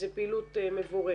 זו פעילות מבורכת.